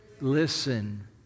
Listen